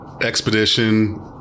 expedition